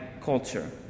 culture